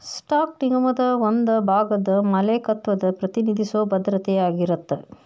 stock ನಿಗಮದ ಒಂದ ಭಾಗದ ಮಾಲೇಕತ್ವನ ಪ್ರತಿನಿಧಿಸೊ ಭದ್ರತೆ ಆಗಿರತ್ತ